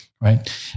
Right